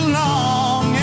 long